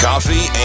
Coffee